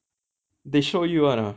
they show you [one] ah